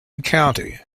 county